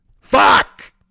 Fuck